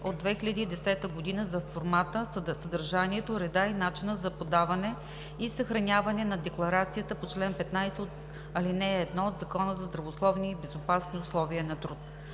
от 2010 г. за формата, съдържанието, реда и начина за подаване и съхраняване на декларацията по чл. 15, ал. 1 от Закона за здравословни и безопасни условия на труд.